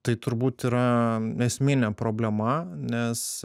tai turbūt yra esminė problema nes